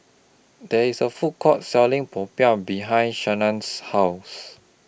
There IS A Food Court Selling Popiah behind Shyann's House